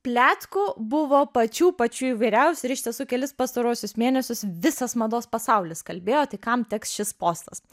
pletkų buvo pačių pačių įvairiausių ir iš tiesų kelis pastaruosius mėnesius visas mados pasaulis kalbėjo tai kam teks šis postas